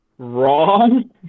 Wrong